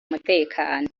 umutekano